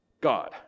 God